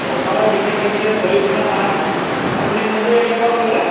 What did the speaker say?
offer বিশেষ তেনেকৈ চলি থকা নাই আপুনি কোনটো এৰিয়াৰ পৰা ক'লে